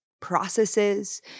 processes